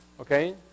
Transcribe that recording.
okay